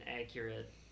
accurate